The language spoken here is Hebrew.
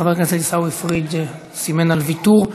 חבר הכנסת עיסאווי פריג' סימן ויתור,